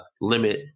limit